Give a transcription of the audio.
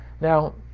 Now